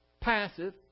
Passive